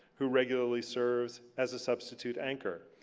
who regularly serves as a substitute anchor.